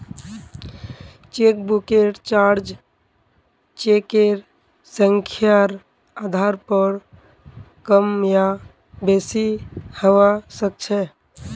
चेकबुकेर चार्ज चेकेर संख्यार आधार पर कम या बेसि हवा सक्छे